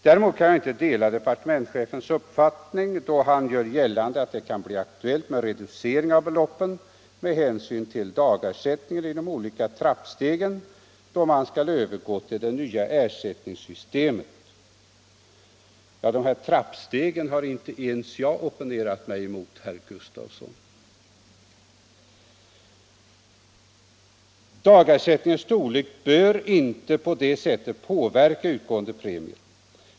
Däremot kan jag icke dela departementschefens uppfattning då han gör gällande att det kan bli aktuellt med reducering av beloppet med hänsyn till dagersättningen i de olika trappstegen då man skall övergå till det nya ersättningssystemet. De här trappstegen har inte ens jag opponerat mig mot, herr Gustavsson i Nässjö. Dagersättningens storlek bör icke påverka utgående premier.